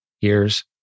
years